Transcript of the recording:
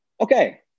Okay